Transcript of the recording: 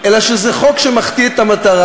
אלא שזה חוק שמחטיא את המטרה.